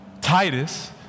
Titus